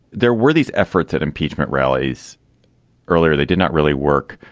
there were these efforts at impeachment rallies earlier they did not really work.